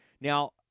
Now